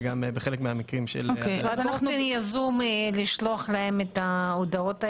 אז באופן יזום לשלוח להם את ההודעות האלה.